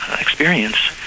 experience